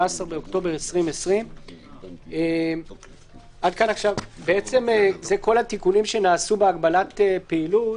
באוקטובר 2020). אלה כל התיקונים שנעשו בהגבלת פעילות,